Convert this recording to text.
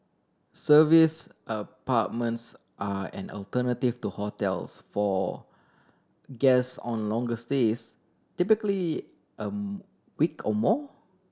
serviced apartments are an alternative to hotels for guests on longer stays typically a week or more